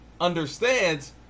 Understands